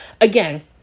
Again